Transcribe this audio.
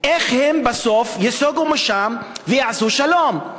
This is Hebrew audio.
איך הם בסוף ייסוגו משם ויעשו שלום?